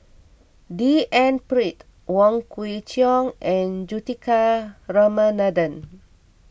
D N Pritt Wong Kwei Cheong and Juthika Ramanathan